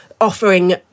offering